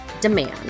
demand